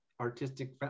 artistic